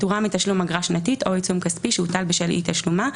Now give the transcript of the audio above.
פטורה מתשלום אגרה שנתית או עיצום כספי שהוטל בשל אי תשלומה,